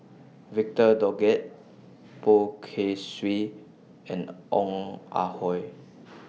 Victor Doggett Poh Kay Swee and Ong Ah Hoi